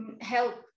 help